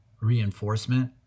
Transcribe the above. reinforcement